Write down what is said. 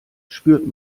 spürt